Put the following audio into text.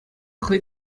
хӑй